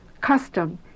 Custom